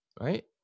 Right